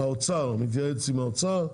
האוצר מתייעץ עם האוצר,